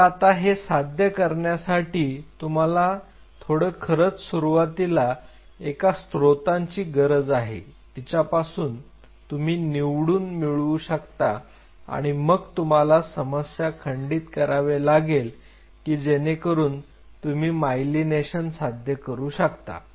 तर आता हे साध्य करण्यासाठी तुम्हाला थोडं खरंच सुरुवातीला एका स्त्रोतांची गरज आहे तिच्यापासून तुम्ही निवडून मिळवू शकता आणि मग तुम्हाला समस्या खंडित करावे लागेल की जेणेकरून तुम्ही मायलीनेशन साध्य करू शकता